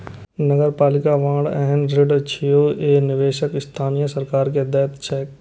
नगरपालिका बांड एहन ऋण छियै जे निवेशक स्थानीय सरकार कें दैत छैक